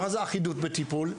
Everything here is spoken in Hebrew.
מה זה אחידות בטיפול?